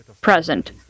present